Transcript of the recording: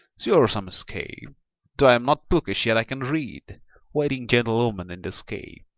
sure, some scape though i am not bookish, yet i can read waiting-gentlewoman in the scape.